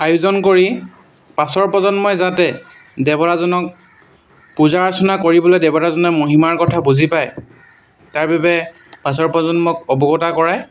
আয়োজন কৰি পাছৰ প্ৰজন্মই যাতে দেৱতাজনক পূজা অৰ্চনা কৰিবলৈ দেৱতাজনে মহিমাৰ কথা বুজি পায় তাৰ বাবে পাছৰ প্ৰজন্মক অৱগত কৰায়